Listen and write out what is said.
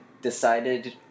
decided